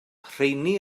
rheiny